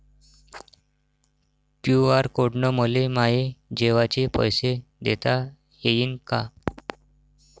QR code न मले माये जेवाचे पैसे देता येईन का?